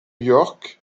york